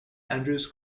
andrews